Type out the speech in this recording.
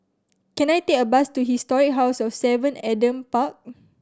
can I take a bus to Historic House of Seven Adam Park